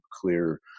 clear